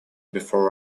before